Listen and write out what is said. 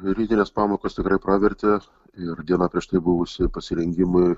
rytinės pamokos tikrai pravertė ir diena prieš tai buvus pasirengimui